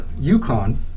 Yukon